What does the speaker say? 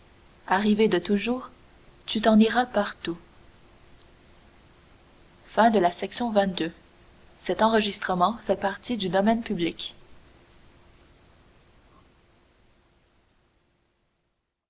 arrivée de toujours tu t'en iras partout